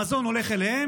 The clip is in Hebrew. המזון הולך אליהם,